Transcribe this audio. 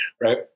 Right